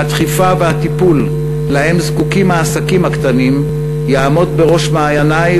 הדחיפה והטיפול שלהם זקוקים העסקים הקטנים יעמודו בראש מעייני,